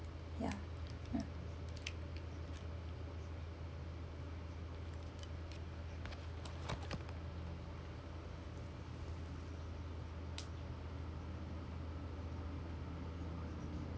ya um